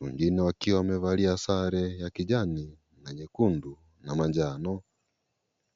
wengine wakiwa wamevalia sare ya kijani na nyekundu na manjano.